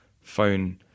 phone